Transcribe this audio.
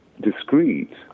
discreet